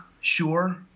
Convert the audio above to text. Sure